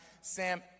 Sam